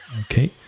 Okay